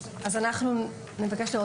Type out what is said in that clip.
אנחנו נבקש לראות את הנוסח.